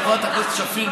חברת הכנסת שפיר,